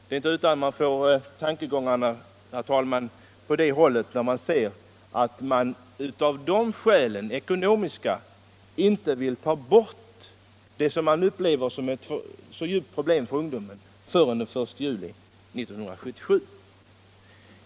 Det är inte utan att tankarna går åt det hållet, herr talman, när man ser att det är av ekonomiska skäl som man inte vill ta bort det som man upplever som ett så stort problem för ungdomen förrän den 1 juli 1977.